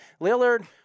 Lillard